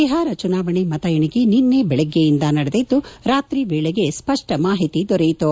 ಬಿಪಾರ ಚುನಾವಣೆ ಮತ ಎಣಿಕೆ ನಿನ್ನೆ ಬೆಳಗ್ಗೆಯಿಂದ ನಡೆದಿದ್ದು ರಾತ್ರಿ ವೇಳೆಗೆ ಸ್ವಪ್ಷ ಮಾಹಿತಿ ದೊರೆಯಿತು